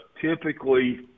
Typically